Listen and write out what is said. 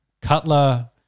Cutler